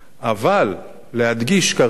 אבל, להדגיש כרגע,